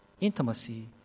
intimacy